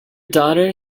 daughter